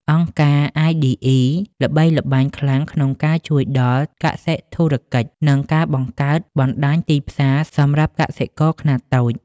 អង្គការ iDE ល្បីល្បាញខ្លាំងក្នុងការជួយដល់ "កសិធុរកិច្ច" និងការបង្កើតបណ្ដាញទីផ្សារសម្រាប់កសិករខ្នាតតូច។